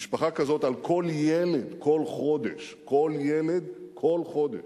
משפחה כזאת, על כל ילד, כל חודש, כל ילד, כל חודש,